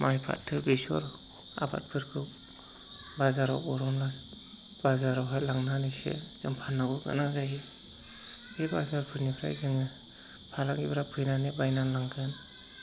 माइ फाथो बेसर आबादफोरखौ बाजाराव लांनानैसो जों फाननांगौ गोनां जायो बे बाजारफोरनिफ्राय जोङो फालांगिफ्रा फैनानै बायना लांगोन